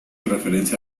referencia